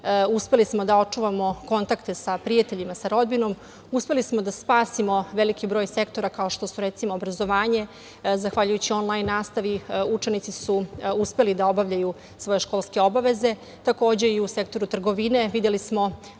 uspeli smo da očuvamo kontakte sa prijateljima, sa rodbinom, uspeli smo da spasimo veliki broj sektora, kao što su, recimo, obrazovanje. Zahvaljujući onlajn nastavi, učesnici su uspeli da obavljaju svoje školske obaveze. Takođe, i u sektoru trgovine videli smo